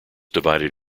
divided